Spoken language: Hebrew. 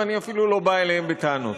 ואני אפילו לא בא אליהם בטענות.